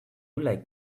like